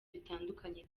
dutandukanye